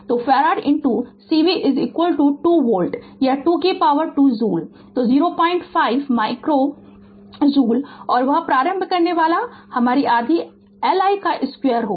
तो farad v C २ volt या 2 2 joule तो 02 माइक्रो जूल और वह प्रारंभ करनेवाला में हमारा आधा L i 2 होगा